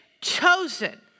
chosen